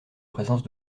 présence